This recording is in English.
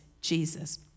jesus